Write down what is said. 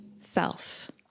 self